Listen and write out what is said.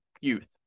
youth